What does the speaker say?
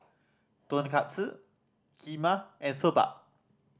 Tonkatsu Kheema and Soba